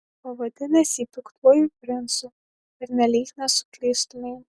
pavadinęs jį piktuoju princu pernelyg nesuklystumei